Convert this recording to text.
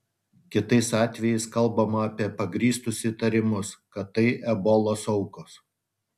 kitais atvejais kalbama apie pagrįstus įtarimus kad tai ebolos aukos